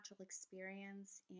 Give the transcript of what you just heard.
experience